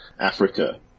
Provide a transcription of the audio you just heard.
Africa